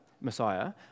Messiah